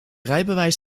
rijbewijs